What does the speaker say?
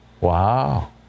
Wow